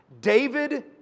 David